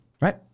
Right